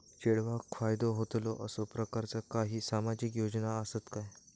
चेडवाक फायदो होतलो असो प्रकारचा काही सामाजिक योजना असात काय?